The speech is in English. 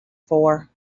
for